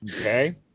Okay